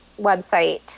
website